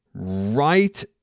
Right